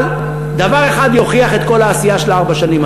אבל דבר אחד יוכיח את כל העשייה הזאת של ארבע השנים,